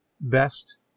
best